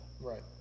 Right